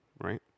right